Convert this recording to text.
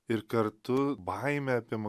ir kartu baimė apima